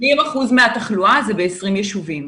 80% מהתחלואה זה ב-20 יישובים.